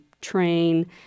train